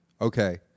Okay